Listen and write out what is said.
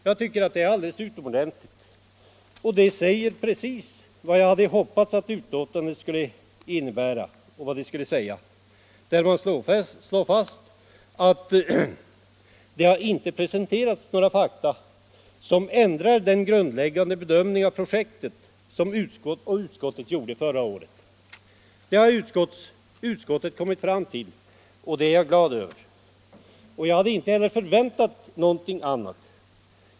Jag tycker att det är alldeles utomordentligt, och där säges vad jag hade hoppats att det skulle sägas. Man slår fast att det inte har presenterats några fakta som ändrar den grundläggande bedömning av projektet som utskottet gjorde förra året. Det har utskottet kommit fram till, och det är jag glad över. Jag hade inte heller förväntat mig någonting annat.